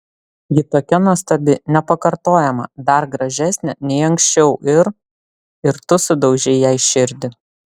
ji tokia nuostabi nepakartojama dar gražesnė nei anksčiau ir ir tu sudaužei jai širdį